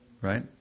right